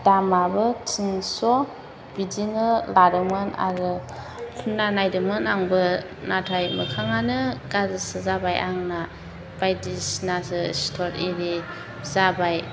दामआबो तिनस' बिदिनो लादोंमोन आरो फुनना नायदोमोन आंबो नाथाय मोखाङानो गाज्रिसो जाबाय आंनिया बायदिसिना सिथर आरि जाबाय